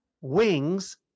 Wings